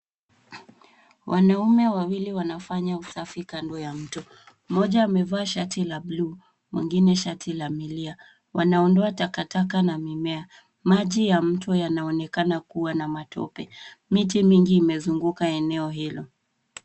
Wanaume wawili wanafanya usafi kando ya mto. Mmoja amevaa shati la bluu, mwingine shati la milia. Wanaondoa takataka na mimea. Maji ya mto yanaonekana kuwa na matope. Miti mingi imezunguka eneo hilo.